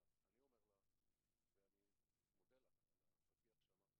אני אומר לך ואני מודה לך על הפתיח שאמרת